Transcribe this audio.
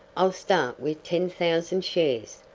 i'll start with ten thousand shares.